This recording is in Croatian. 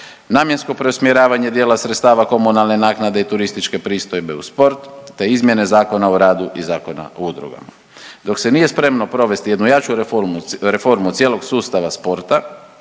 namjensko preusmjeravanje dijela sredstava komunalne naknade i turističke pristojbe u sport, te izmjene Zakona o radu i Zakona u udrugama. Dok se nije spremno provesti jednu jaču reformu, reformu cijelog sustava sporta,